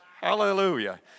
Hallelujah